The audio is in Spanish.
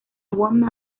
one